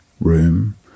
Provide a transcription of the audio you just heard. room